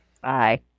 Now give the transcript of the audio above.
Bye